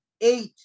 eight